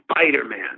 Spider-Man